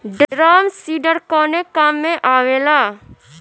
Drum seeder कवने काम में आवेला?